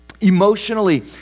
emotionally